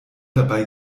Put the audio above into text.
dabei